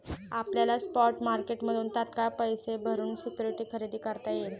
आपल्याला स्पॉट मार्केटमधून तात्काळ पैसे भरून सिक्युरिटी खरेदी करता येईल